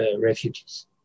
refugees